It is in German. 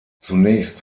zunächst